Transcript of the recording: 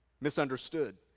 misunderstood